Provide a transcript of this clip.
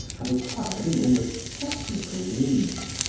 have acquired an almost technical meaning,